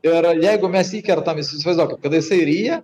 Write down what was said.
ir jeigu mes įkertam jūs įsivaizduokit kada jisai ryja